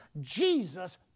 Jesus